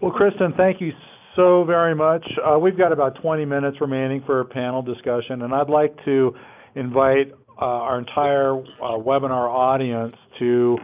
well, kristin, thank you so very much. we've got about twenty minutes remaining for a panel discussion and i'd like to invite our entire webinar audience to